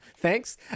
Thanks